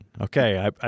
Okay